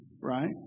right